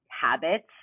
Habits